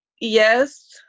yes